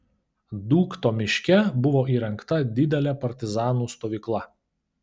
dūkto miške buvo įrengta didelė partizanų stovykla